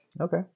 Okay